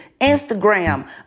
Instagram